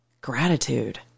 gratitude